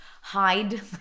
hide